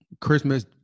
Christmas